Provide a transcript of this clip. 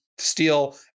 steal